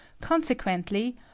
Consequently